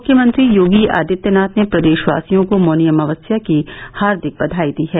मुख्यमंत्री योगी आदित्यनाथ ने प्रदेशवासियों को मौनी अमावस्या की हार्दिक बधाई दी है